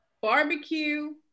barbecue